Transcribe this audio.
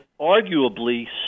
arguably